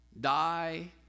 die